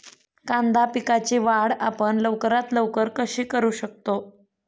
कांदा पिकाची वाढ आपण लवकरात लवकर कशी करू शकतो?